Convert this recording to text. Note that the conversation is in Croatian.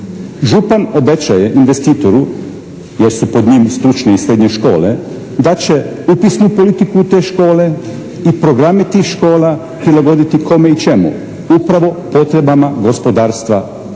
Župan obećaje investitoru jer su pod njim stručne i srednje škole da će upisnu politiku u te škole i programe tih škola prilagoditi kome i čemu? Upravo potrebama gospodarstva i